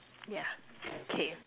yeah okay